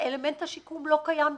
אלמנט השיקום לא קיים בכלל.